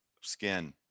skin